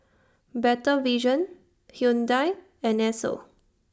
Better Vision Hyundai and Esso